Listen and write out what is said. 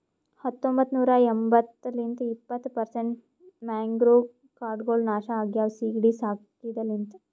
ಹತೊಂಬತ್ತ ನೂರಾ ಎಂಬತ್ತು ಲಿಂತ್ ಇಪ್ಪತ್ತು ಪರ್ಸೆಂಟ್ ಮ್ಯಾಂಗ್ರೋವ್ ಕಾಡ್ಗೊಳ್ ನಾಶ ಆಗ್ಯಾವ ಸೀಗಿಡಿ ಸಾಕಿದ ಲಿಂತ್